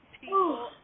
people